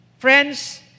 Friends